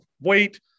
weight